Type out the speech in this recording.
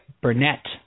Burnett